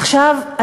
עכשיו,